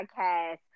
podcast